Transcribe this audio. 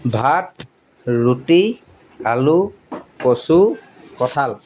ভাত ৰুটি আলু কচু কঁঠাল